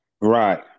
right